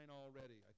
already